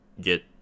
get